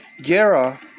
Gera